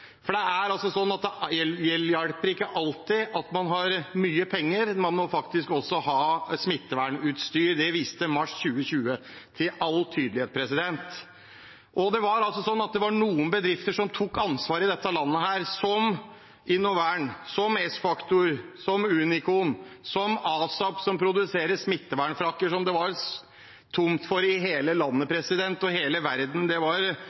for det hjelper altså ikke alltid at man har mye penger, man må faktisk også ha smittevernutstyr. Det viste mars 2020 med all tydelighet. Det var noen bedrifter som tok ansvar i dette landet – f.eks. InnoVern, Sfactor, Uniqon og Asap, som produserer smittevernfrakker som det var tomt for i hele landet og hele verden. Det var